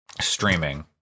streaming